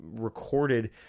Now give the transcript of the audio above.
recorded